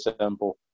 simple